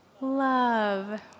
love